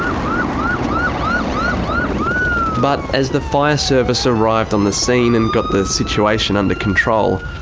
um but as the fire service arrived on the scene and got the situation under control,